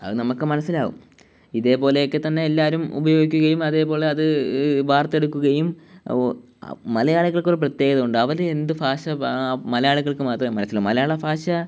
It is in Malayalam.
അത് നമുക്ക് മനസ്സിലാവും ഇതേപോലെയക്കെത്തന്നെ എല്ലാവരും ഉപയോഗിക്കുകയും അതേപോലെ അത് വാർത്തെടുക്കുകയും മലയാളികൾക്കൊരു പ്രത്യേകതയുണ്ട് അവരെന്ത് ഭാഷ മലയാളികൾക്ക് മാത്രമേ മനസ്സിലാവൂ മലയാള ഭാഷ